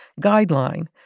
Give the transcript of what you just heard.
Guideline